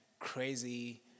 crazy